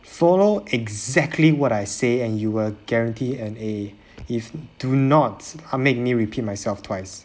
follow exactly what I say and you will guarantee an a if do not ah made me repeat myself twice